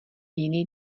jiný